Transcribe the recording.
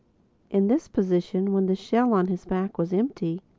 in this position, when the shell on his back was empty,